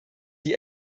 die